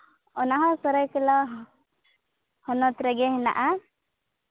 ᱚᱱᱟ ᱦᱚᱸ ᱥᱟᱹᱨᱟᱹᱭᱠᱮᱞᱟ ᱦᱚᱱᱚᱛ ᱨᱮᱜᱮ ᱦᱮᱱᱟᱜᱼᱟ